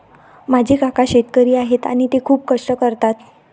माझे काका शेतकरी आहेत आणि ते खूप कष्ट करतात